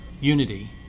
unity